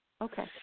Okay